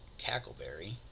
cackleberry